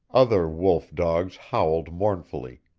other wolf-dogs howled mournfully,